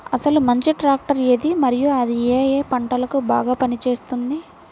అసలు మంచి ట్రాక్టర్ ఏది మరియు అది ఏ ఏ పంటలకు బాగా పని చేస్తుంది?